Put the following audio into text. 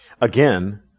Again